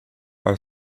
are